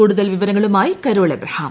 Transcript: കൂടുതൽ വിവരങ്ങളുമായി Carol Abraham